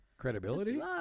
credibility